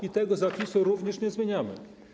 I tego zapisu również nie zmieniamy.